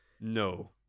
No